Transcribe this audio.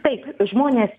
taip žmonės